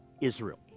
Israel